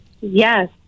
Yes